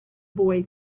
boy